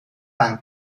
tan